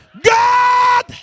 God